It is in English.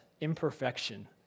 imperfection